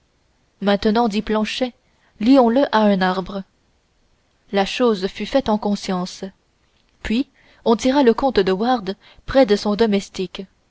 maintenant dit planchet lions le à un arbre la chose fut faite en conscience puis on tira le comte de wardes près de son domestique